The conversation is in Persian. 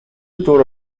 دور